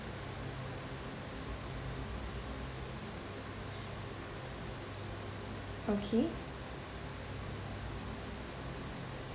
okay